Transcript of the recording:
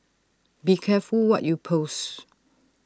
be careful what you post